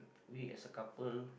we as a couple